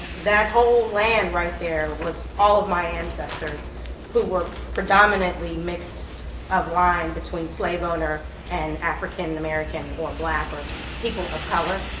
that whole land, right there, was all of my ancestors who were predominately mixed of line between slave owner and african american or black or people of color.